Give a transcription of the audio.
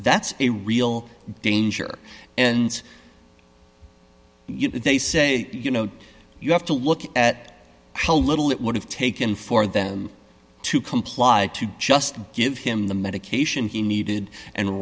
that's a real danger and they say you know you have to look at how little it would have taken for them to comply to just give him the medication he needed and